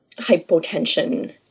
hypotension